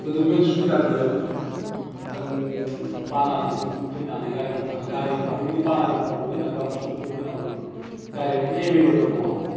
गोदो बिबायदि सुबिदा गैयामोन जो पानारिसिम फैनानै गारि हमनो थाखाय गारिफ्राबो बेबायदि पानारिफ्राव फैनानै कसबिलफ्राव फैनांगौ गारिया बिदि एबेल एबेल नङामोन